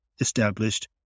established